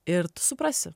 ir tu suprasi